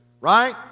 right